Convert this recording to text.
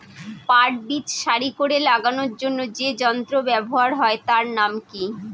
পাট বীজ সারি করে লাগানোর জন্য যে যন্ত্র ব্যবহার হয় তার নাম কি?